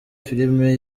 filime